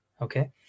okay